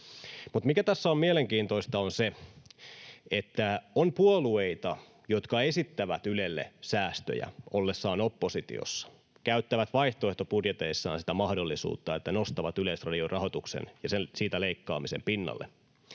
Mutta mikä tässä on mielenkiintoista, on se, että on puolueita, jotka esittävät Ylelle säästöjä ollessaan oppositiossa ja käyttävät vaihtoehtobudjeteissaan sitä mahdollisuutta, että nostavat Yleisradion rahoituksen ja siitä leikkaamisen pinnalle,